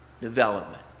development